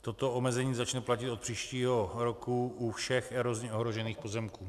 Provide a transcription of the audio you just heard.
Toto omezení začne platit od příštího roku u všech erozně ohrožených pozemků.